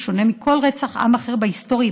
בשונה מכל רצח עם אחר בהיסטוריה,